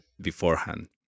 beforehand